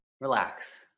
Relax